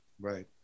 Right